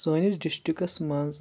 سٲنِس ڈِسٹرکَس منٛز